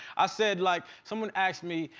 i said like, someone asked me,